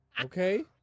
okay